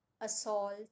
assault